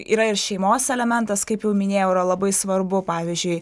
yra ir šeimos elementas kaip jau minėjau yra labai svarbu pavyzdžiui